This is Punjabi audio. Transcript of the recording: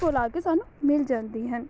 ਲਾ ਕੇ ਸਾਨੂੰ ਮਿਲ ਜਾਂਦੀ ਹੈ